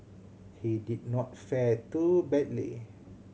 he did not fare too badly